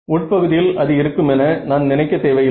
உட்பகுதியில் அது இருக்கும் என நான் நினைக்க தேவை இல்லை